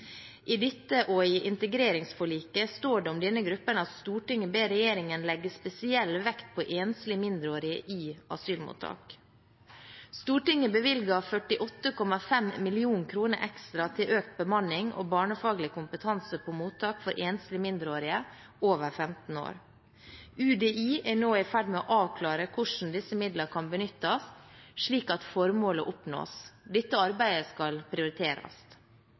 I dette, og i integreringsforliket, står det om denne gruppen: «Stortinget ber regjeringen legge spesiell vekt på enslige, mindreårige asylsøkere i asylmottak.» Stortinget bevilget 48,5 mill. kr ekstra til økt bemanning og barnefaglig kompetanse på mottak for enslige mindreårige over 15 år. UDI er nå i ferd med å avklare hvordan disse midlene kan benyttes, slik at formålet oppnås. Dette arbeidet skal prioriteres.